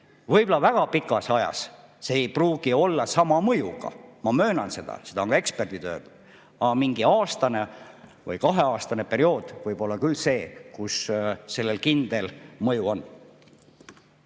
Võib-olla väga pikas ajas see ei pruugi olla sama mõjuga, ma möönan seda, seda on ka eksperdid öelnud, aga mingi aastane või kaheaastane periood võib olla küll see, kui sellel kindel mõju on.